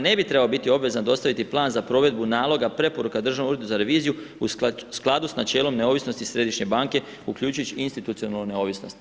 ne bi trebala biti obvezna dostaviti plan za provedbu naloga preporuka Državnom uredu za reviziju u skladu sa načelom neovisnosti Središnje banke uključujući institucionalnu neovisnost.